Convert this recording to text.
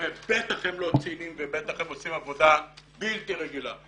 שהם בטח לא ציניים ובטח הם עושים עבודה בלתי רגילה.